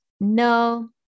no